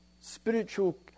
spiritual